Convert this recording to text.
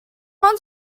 ond